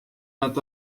nad